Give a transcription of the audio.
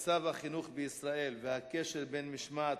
הנושא מצב החינוך בישראל והקשר בין משמעת